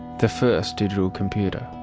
the first digital computer.